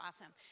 awesome